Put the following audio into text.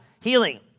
Healing